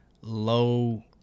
low